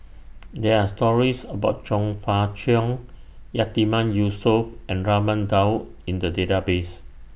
There Are stories about Chong Fah Cheong Yatiman Yusof and Raman Daud in The Database